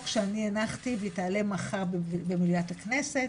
שאני הנחתי והיא תעלה מחר במליאת הכנסת